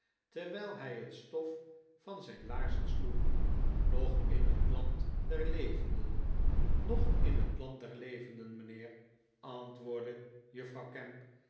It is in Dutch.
terwijl hij het stof van zijri laarzen sloeg nog in het land der levenden nog in het land der levenden mijnheer antwoordde juffrouw gamp